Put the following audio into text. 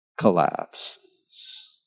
collapses